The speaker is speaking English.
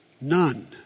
none